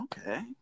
okay